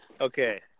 okay